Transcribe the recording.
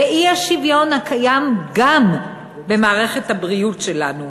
והאי-שוויון הקיים גם במערכת הבריאות שלנו.